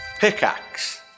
Pickaxe